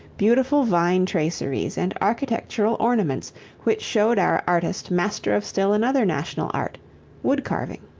beautiful vine traceries and architectural ornaments which showed our artist master of still another national art wood-carving.